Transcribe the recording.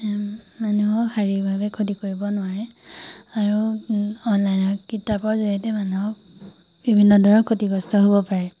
মানুহক শাৰীৰিকভাৱে ক্ষতি কৰিব নোৱাৰে আৰু অনলাইনৰ কিতাপৰ জৰিয়তে মানুহক বিভিন্ন ধৰণৰ ক্ষতিগ্ৰস্ত হ'ব পাৰে